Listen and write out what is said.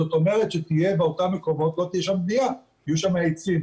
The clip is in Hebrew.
זאת אומרת, לא תהיה שם בנייה אלא יהיו שם עצים.